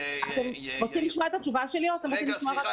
אתם רוצים לשמוע את התשובה שלי או אתם רוצים לשמוע רק את עצמכם?